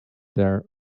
their